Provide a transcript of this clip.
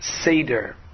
Seder